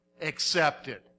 Accepted